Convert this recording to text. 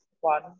one